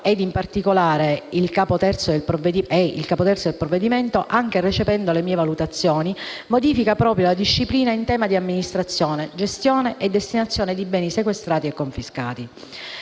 ed in particolare il Capo III del provvedimento, anche recependo mie valutazioni, modifica proprio la disciplina in tema di amministrazione, gestione e destinazione di beni sequestrati e confiscati.